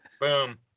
boom